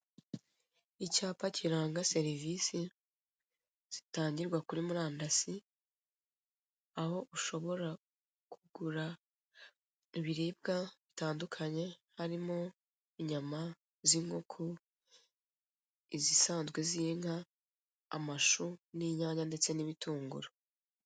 Icyapa kiranga serivise zitangirwa kuri murandasi aho ushobora kugura ibiribwa bitandukanye harimo inyama z'inkoko, izisanzwe z'inka, amashu n'inyanya ndetse n'ibitunguru.